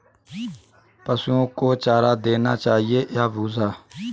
पशुओं को चारा देना चाहिए या भूसा?